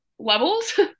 levels